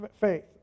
Faith